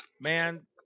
man